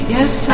Yes